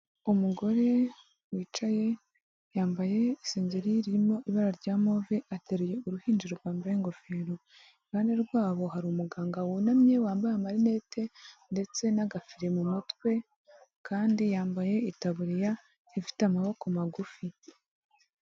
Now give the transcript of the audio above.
Umugore wicaye yambaye isengeri irimo ibara rya move, ateruye uruhinja rwambaye ingofero. Iruhande rwabo hari umuganga wunamye wambaye amarinete ndetse n'agafire mu mutwe kandi yambaye itaburiya ifite amaboko magufi.